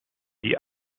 die